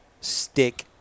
stick